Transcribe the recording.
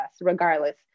regardless